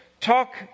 talk